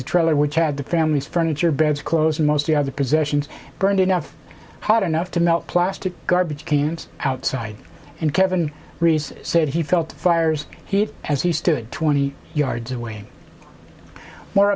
the trailer which had the family's furniture beds close mostly other possessions burned enough hot enough to melt plastic garbage cans outside and kevin rees said he felt fires here as he stood twenty yards away